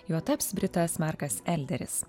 juo taps britas markas elderis